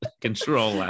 control